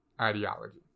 ideology